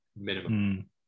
minimum